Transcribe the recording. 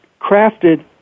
crafted